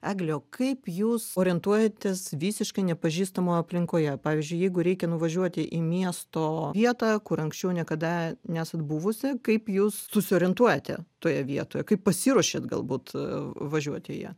egle o kaip jūs orientuojantės visiškai nepažįstamoj aplinkoje pavyzdžiui jeigu reikia nuvažiuoti į miesto vietą kur anksčiau niekada nesat buvusi kaip jūs susiorientuojate toje vietoje kaip pasiruošiat galbūt važiuoti į ją